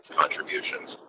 contributions